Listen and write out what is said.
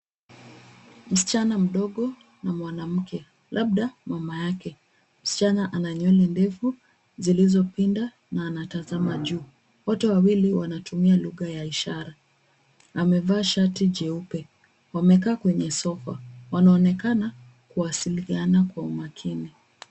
Msichana mdogo na mwanamke labda mama yake. Msichana ananywele ndefu zilizo pinda na anatazama juu. Wote wawili wanatumia lugha ya ishara. Amevaa shati jeupe. Wamekaa kwenye [cs ] sofa[cs ]. Waonekana kuwasiliana kwa umakini.